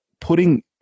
putting